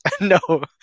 No